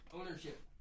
ownership